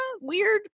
weird